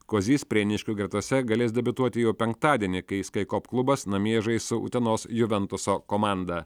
kozys prieniškių gretose galės debiutuoti jau penktadienį kai skycop klubas namie žais su utenos juventuso komanda